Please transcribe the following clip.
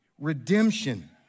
redemption